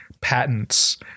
patents